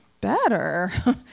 better